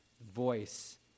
voice